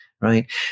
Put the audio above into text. right